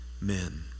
men